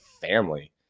family